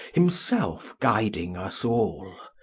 himself guiding us all.